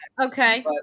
Okay